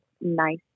nice